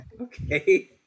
okay